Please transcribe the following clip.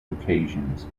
occasions